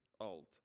old